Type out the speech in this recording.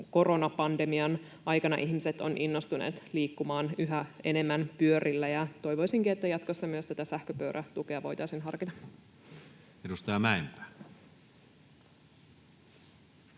koronapandemian aikana ihmiset ovat innostuneet liikkumaan yhä enemmän pyörillä. Toivoisinkin, että jatkossa myös tätä sähköpyörätukea voitaisiin harkita. [Speech